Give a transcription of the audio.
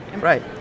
Right